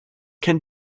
can